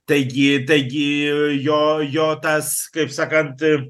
taigi taigi jo jo tas kaip sakant